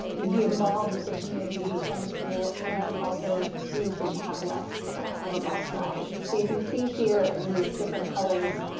be involved with the community and the school. and also students would have less of a bus ride. so you can see here in these different colors,